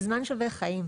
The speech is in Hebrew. זמן שווה חיים.